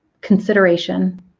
consideration